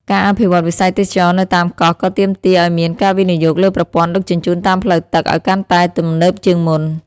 ការអភិវឌ្ឍវិស័យទេសចរណ៍នៅតាមកោះក៏ទាមទារឱ្យមានការវិនិយោគលើប្រព័ន្ធដឹកជញ្ជូនតាមផ្លូវទឹកឱ្យកាន់តែទំនើបជាងមុន។